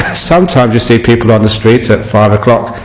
sometimes you see people on the street at five o'clock